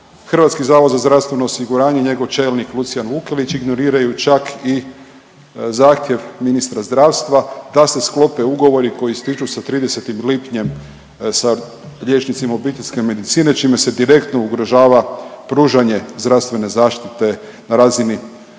Hrvatski zavod za zdravstveno osiguranje i njegov čelnik Lucijan Vukelić ignoriraju čak i zahtjev ministra zdravstva da se sklope ugovori koji ističu sa 30. lipnjem sa liječnicima obiteljske medicine čime se direktno ugrožava pružanje zdravstvene zaštite na razini